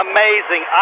Amazing